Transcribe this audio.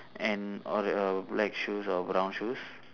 and or or black shoes or brown shoes